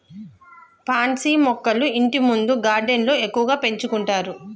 pansy మొక్కలు ఇంటిముందు గార్డెన్లో ఎక్కువగా పెంచుకుంటారు